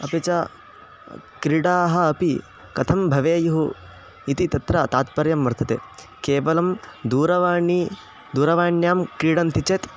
अपि च क्रीडाः अपि कथं भवेयुः इति तत्र तात्पर्यं वर्तते केवलं दूरवाणी दूरवाण्यां क्रीडन्ति चेत्